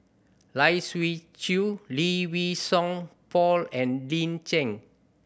Lai Siu Chiu Lee Wei Song Paul and Lin Chen